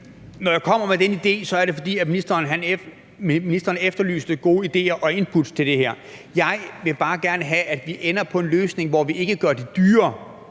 Når jeg kommer med den idé, er det, fordi ministeren efterlyste gode idéer og input til det her. Jeg vil bare gerne have, at vi ender med en løsning, hvor vi ikke gør det dyrere